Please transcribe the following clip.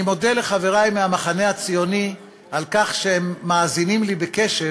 אני מודה לחברי מהמחנה הציוני על כך שהם מאזינים לי בקשב,